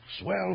Swell